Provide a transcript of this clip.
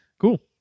Cool